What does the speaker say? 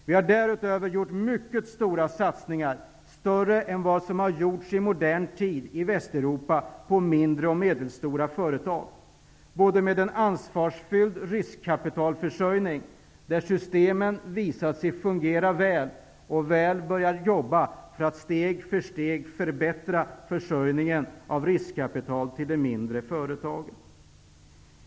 Vi har därutöver gjort mycket stora satsningar -- större än vad som har gjorts i modern tid i Västeuropa -- på mindre och medelstora företag, med en ansvarsfull riskkapitalförsörjning, där systemen har visat sig fungera väl och börjar jobba väl, för att steg för steg förbättra försörjningen av riskkapital till de mindre företagen.